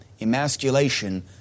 emasculation